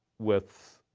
with